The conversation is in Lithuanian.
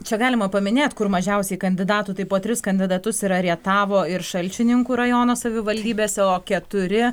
čia galima paminėt kur mažiausiai kandidatų tai po tris kandidatus yra rietavo ir šalčininkų rajono savivaldybėse o keturi